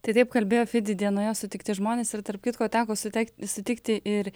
tai taip kalbėjo fidi dienoje sutikti žmonės ir tarp kitko teko suteik sutikti ir